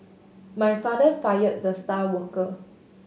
my father fired the star worker